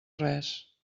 res